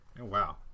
Wow